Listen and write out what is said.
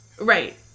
right